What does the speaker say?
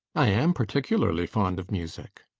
i am particularly fond of music.